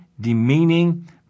demeaning